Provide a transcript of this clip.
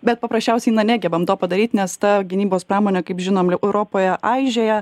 bet paprasčiausiai na negebam to padaryti nes ta gynybos pramonė kaip žinom europoje aižėja